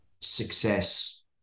success